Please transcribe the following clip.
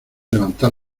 levantar